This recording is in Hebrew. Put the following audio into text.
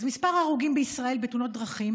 אז מספר ההרוגים בישראל בתאונות דרכים